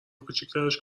کوچیکترش